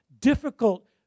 difficult